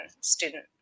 student